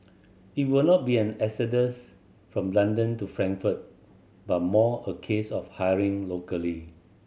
it will not be an exodus from London to Frankfurt but more a case of hiring locally